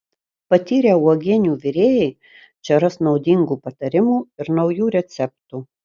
patyrę uogienių virėjai čia ras naudingų patarimų ir naujų receptų